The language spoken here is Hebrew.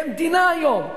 כמדינה היום,